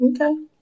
Okay